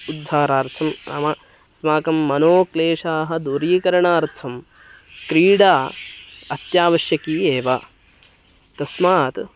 उद्धारार्थं नाम अस्माकं मनोक्लेशानां दूरीकरणार्थं क्रीडा अत्यावश्यकी एव तस्मात्